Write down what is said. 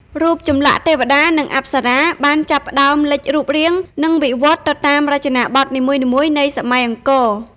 រូបចម្លាក់ទេវតា និងអប្សរា បានចាប់ផ្តើមលេចរូបរាង និងវិវត្តទៅតាមរចនាបថនីមួយៗនៃសម័យអង្គរ។